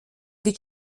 wird